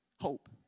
Hope